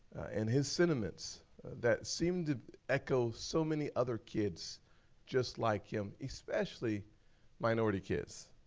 in his sentiments that seemed to echo so many other kids just like him, especially minority kids.